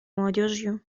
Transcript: молодежью